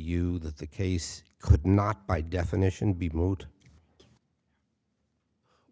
you that the case could not by definition be moot